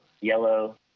yellow